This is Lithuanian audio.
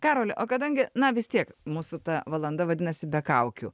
karoli o kadangi na vis tiek mūsų ta valanda vadinasi be kaukių